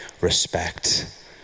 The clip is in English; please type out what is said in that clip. respect